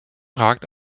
ragt